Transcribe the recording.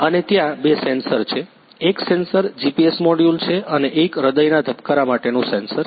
અને ત્યાં બે સેન્સર છે એક સેન્સર જીપીએસ મોડ્યુલ છે અને એક હૃદયના ધબકારા માટેનું સેન્સર છે